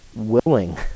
Willing